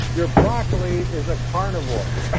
your broccoli is a carnivore.